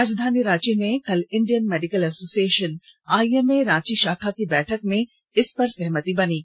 राजधानी रांची में कल Indian Medical Association IMA Ranchi षाखा की बैठक में इस पर सहमति बनी थी